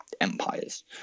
empires